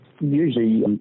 usually